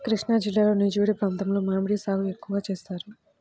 కృష్ణాజిల్లాలో నూజివీడు ప్రాంతంలో మామిడి సాగు ఎక్కువగా చేస్తారు